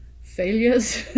failures